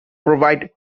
provide